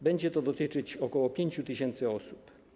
Będzie to dotyczyć ok. 5 tys. osób.